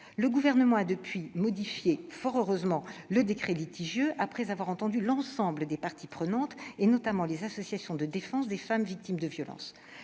le Gouvernement a depuis lors modifié le décret litigieux, après avoir entendu l'ensemble des parties prenantes, notamment les associations de défense des femmes victimes de violences.